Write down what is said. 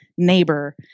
neighbor